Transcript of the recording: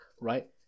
right